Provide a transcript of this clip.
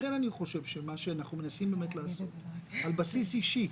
לכן אני חושב שמה שאנחנו מנסים לעשות על בסיס אישי,